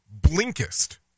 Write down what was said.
Blinkist